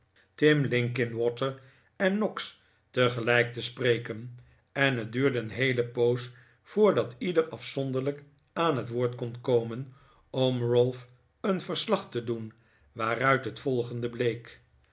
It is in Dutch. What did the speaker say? tim linkin water en npggs tegelijk te spreken en het duurde een heele poos voordat ieder afzonderlijk aan het woord kon komen om ralph een verslag te doen waaruit het volgende bleek